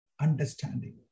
understanding